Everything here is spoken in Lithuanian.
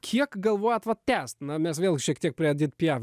kiek galvojat va tęst na mes vėl šiek tiek prie edit piaf